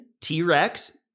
T-Rex